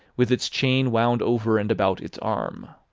with its chain wound over and about its arm.